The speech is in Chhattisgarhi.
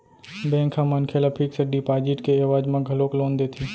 बेंक ह मनखे ल फिक्स डिपाजिट के एवज म घलोक लोन देथे